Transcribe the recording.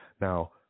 now